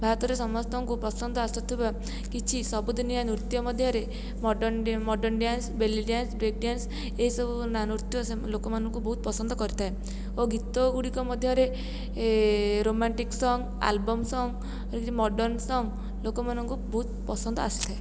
ଭାରତରେ ସମସ୍ତଙ୍କୁ ପସନ୍ଦ ଆସୁଥିବା କିଛି ସବୁଦିନିଆ ନୃତ୍ୟ ମଧ୍ୟରେ modern modern dance belly dance break dance ଏସବୁ ନା ନୃତ୍ୟ ଲୋକମାନଙ୍କୁ ବହୁତ ପସନ୍ଦ କରିଥାଏ ଓ ଗୀତ ଗୁଡ଼ିକ ମଧ୍ୟରେ ରୋମନ୍ଟିକ ସଙ୍ଗ ଆଲବମ ସଙ୍ଗ ଏଇ ଯେ ମଡ଼ର୍ନ୍ ସଙ୍ଗ ଲୋକମାନଙ୍କୁ ବହୁତ ପସନ୍ଦ ଆସିଥାଏ